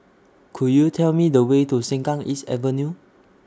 Could YOU Tell Me The Way to Sengkang East Avenue